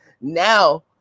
Now